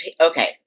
okay